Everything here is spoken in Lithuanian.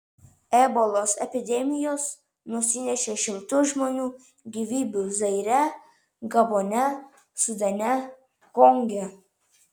ebolos epidemijos nusinešė šimtus žmonių gyvybių zaire gabone sudane konge